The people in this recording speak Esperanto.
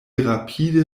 rapide